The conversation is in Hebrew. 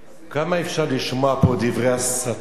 כמה אפשר לשמוע פה דברי הסתה,